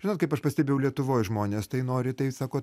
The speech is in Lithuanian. žinot kaip aš pastebėjau lietuvoj žmonės tai nori tai sako